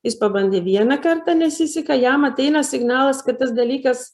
jis pabandė vieną kartą nesiseka jam ateina signalas kad tas dalykas